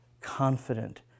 confident